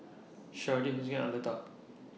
Sharday Hortencia and Arletta